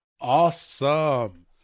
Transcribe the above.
Awesome